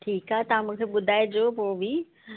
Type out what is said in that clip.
ठीकु आहे तव्हां मूंखे ॿुधाइजो पोइ बि